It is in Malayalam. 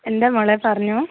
എന്താ മോളേ പറഞ്ഞോ